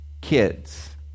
kids